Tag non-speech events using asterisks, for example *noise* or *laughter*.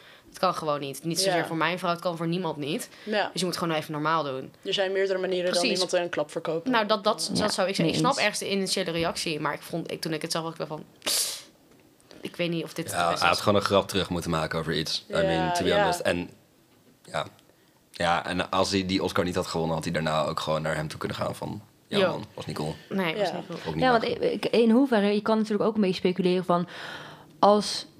Het kan gewoon niet. Niet zozeer Ja. voor mijn vrouw, het kan voor niemand niet. Ja. Dus je moet gewoon even normaal doen. Er zijn meerdere manieren dan Precies. iemand een klap verkopen. Nou, dat- dat- Ja, dat zou ik zeggen. mee Ik eens. snap ergens de initiële reactie, maar ik vond- ik- toen ik het zag, was ik wel van, *tsk* pff, ik weet niet of dit het Ja, is. hij had gewoon een grap terug moeten maken over iets. I mean, Ja, to be ja. honest. En- ja. Ja, en als hij die Oscar niet had gewonnen, had hij daarna ook gewoon naar hem toe kunnen gaan van, ja, Jo. man, was niet cool. Nee, was Ja. niet cool. Ook niet Ja, want leuk. ik- ik- in hoeverre, je kan natuurlijk ook een beetje speculeren van, als